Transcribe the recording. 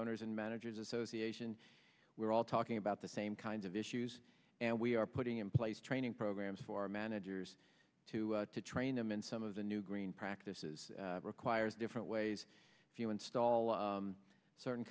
owners and managers association we're all talking about the same kinds of issues and we are putting in place training programs for managers to train them in some of the new green practices requires different ways if you install certain